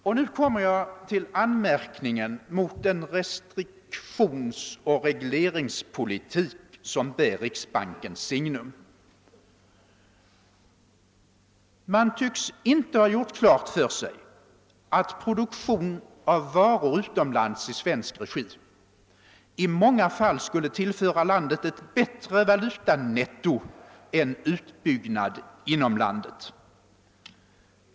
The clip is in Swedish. Och nu kommer jag till anmärkningen mot den restriktionsoch regleringspolitik som bär riksbankens signum. Man tycks inte ha gjort klart för sig att produktion av varor utomlands i svensk regi i många fall skulle tillföra landet bättre valutanetto än utbyggnad inom landet.